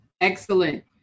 Excellent